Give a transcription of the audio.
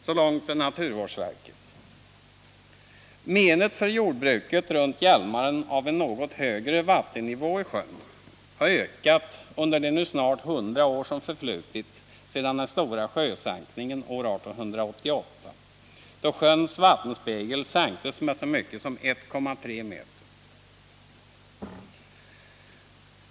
Så långt naturvårdsverket. Det men för jordbruket runt Hjälmaren som uppstår på grund av en något högre vattennivå i sjön har ökat under de snart hundra år som förflutit sedan den stora sänkningen år 1888 då sjöns vattenspegel sänktes med så mycket som 1,3 m.